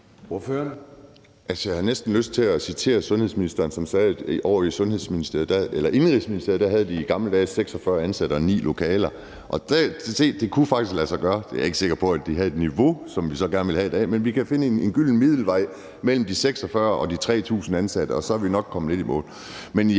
Jeg har næsten lyst til at citere indenrigs- og sundhedsministeren, som sagde, at ovre i Indenrigsministeriet havde de i gamle dage 46 ansatte og 9 lokaler, og det kunne faktisk lade sig gøre. Jeg er ikke sikker på, at de så havde et niveau som det, vi gerne vil have i dag, men vi kan finde en gylden middelvej mellem de 46 og de 3.000 ansatte, og så er vi nok kommet lidt i mål.